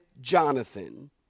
Jonathan